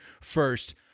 first